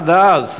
עד אז,